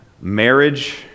marriage